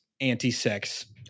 anti-sex